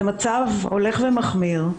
זה מצב הולך ומחמיר,